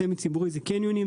סמי ציבורי, קניונים.